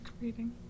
Reading